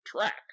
track